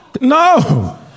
No